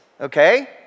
okay